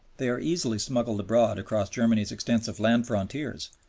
they are easily smuggled abroad across germany's extensive land frontiers,